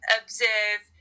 observe